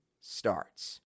starts